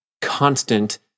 constant